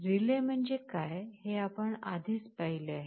relay म्हणजे काय हे आपण आधी पाहिले आहे